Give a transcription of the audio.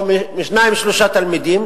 או משניים-שלושה תלמידים.